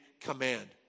command